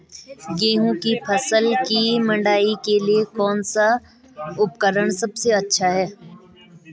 गेहूँ की फसल की मड़ाई के लिए कौन सा उपकरण सबसे अच्छा है?